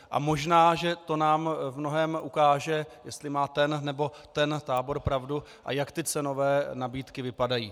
A možná že to nám v mnohém ukáže, jestli má ten nebo ten tábor pravdu a jak ty cenové nabídky vypadají.